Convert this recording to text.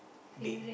bay